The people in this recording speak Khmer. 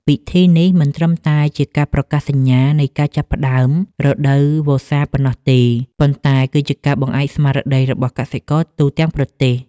ពិធីនេះមិនត្រឹមតែជាការប្រកាសសញ្ញានៃការចាប់ផ្តើមរដូវវស្សាប៉ុណ្ណោះទេ ប៉ុន្តែវាគឺជាបង្អែកស្មារតីរបស់កសិករទូទាំងប្រទេស។